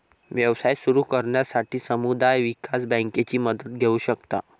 व्यवसाय सुरू करण्यासाठी समुदाय विकास बँकेची मदत घेऊ शकता